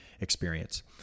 experience